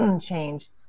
change